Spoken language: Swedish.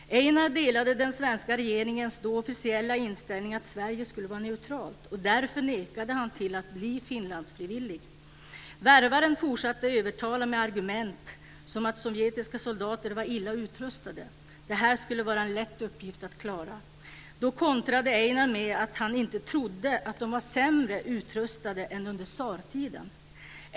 Einar delade den svenska regeringens då officiella inställning att Sverige skulle vara neutralt, och därför nekade han till att bli "Finlandsfrivillig". Värvaren fortsatte att övertala med argument som att sovjetiska soldater var illa utrustade. "Det här skulle vara en lätt uppgift att klara." Då kontrade Einar med att han inte trodde att de var sämre utrustade än under tsartiden.